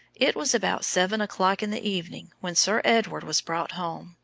it was about seven o'clock in the evening when sir edward was brought home,